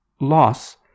Loss